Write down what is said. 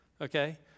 Okay